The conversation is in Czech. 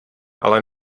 ale